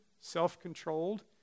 self-controlled